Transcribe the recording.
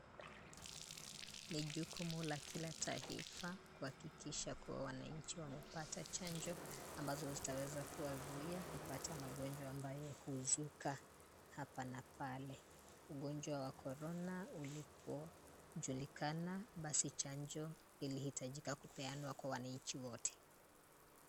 Ni jukumu la kila taifa kuhakikisha kuwa wananchi wamepata chanjo, ambazo zitaweza kuwazuia kupata magonjwa ambayo huzuka hapa na pale. Ugonjwa wa corona ulipojulikana, basi chanjo ilihitajika kupeanwa kwa wananchi wote.